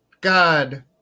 God